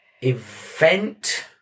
event